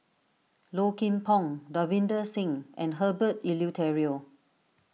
Low Kim Pong Davinder Singh and Herbert Eleuterio